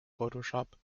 photoshop